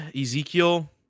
ezekiel